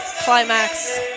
Climax